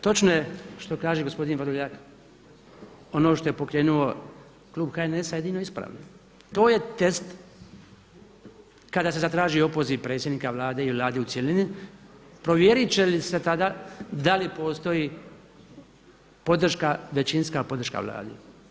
Točno je što kaže gospodin Vrdoljak, ono što je pokrenuo klub HNS-a jedino ispravno, to je test kada se zatraži opoziv predsjednika Vlade i Vlade u cjelini provjeriti će li se tada da li postoji podrška, većinska podrška Vladi.